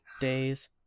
days